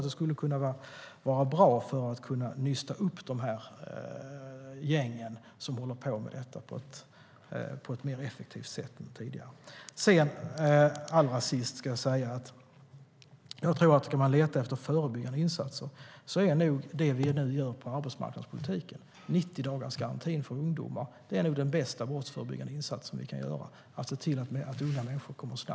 Det skulle kunna vara bra för att på ett mer effektivt sätt än tidigare nysta upp de gäng som håller på med detta. Allra sist vill jag säga att om vi ska leta efter förebyggande insatser är det som vi nu gör på arbetsmarknadspolitikens område viktigt, 90-dagarsgarantin för ungdomar. Att se till att unga människor snabbt kommer i arbete är nog den bästa brottsförebyggande insats vi kan göra.